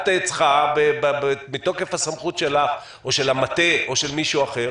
את צריכה מתוקף הסמכות שלך או של המטה או של מישהו אחר,